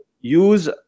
use